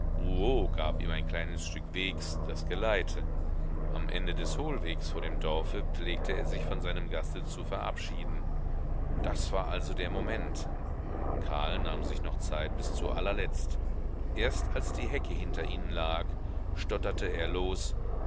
gab ihm ein kleines stück wegs das geleite am ende des hohlwegs vor dem dorfe pflegte er sich von seinem gaste zu verabschieden das war also der moment karl nahm sich noch zeit bis zuallerletzt erst als die hecke hinter ihnen lag stotterte er los